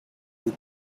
you